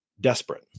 desperate